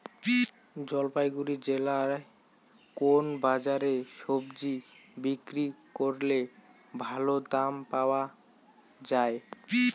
জলপাইগুড়ি জেলায় কোন বাজারে সবজি বিক্রি করলে ভালো দাম পাওয়া যায়?